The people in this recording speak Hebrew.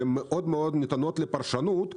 שהם מאוד ניתנות לפרשנות,